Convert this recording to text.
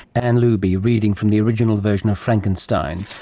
anne looby reading from the original version of frankenstein.